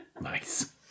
Nice